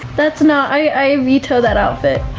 that's not, i veto that outfit.